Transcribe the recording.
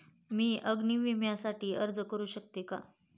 मी अग्नी विम्यासाठी अर्ज करू शकते का?